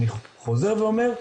אני חוזר ואומר,